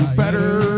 better